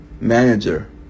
manager